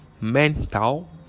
mental